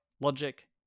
Logic